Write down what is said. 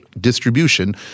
distribution